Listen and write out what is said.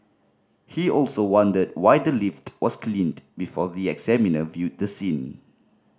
he also wondered why the lift was cleaned before the examiner viewed the scene